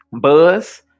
buzz